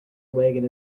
wagon